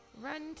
Run